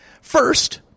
First